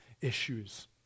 issues